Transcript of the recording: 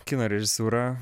kino režisūrą